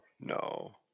no